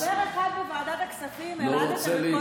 על חבר אחד בוועדת הכספים הרעדתם את כל המדינה,